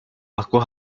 aku